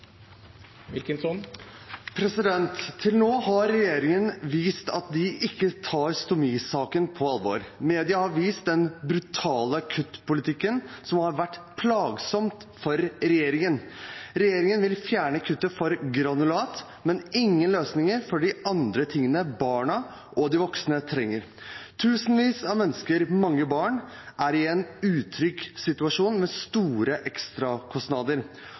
Til nå har regjeringen vist at de ikke tar stomisaken på alvor. Media har vist den brutale kuttpolitikken, og det har vært plagsomt for regjeringen. Regjeringen vil fjerne kuttet for granulat, men har ingen løsninger for de andre tingene barna og de voksne trenger. Tusenvis av mennesker, mange barn, er i en utrygg situasjon med store ekstrakostnader.